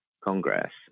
Congress